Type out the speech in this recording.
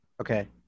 okay